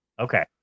Okay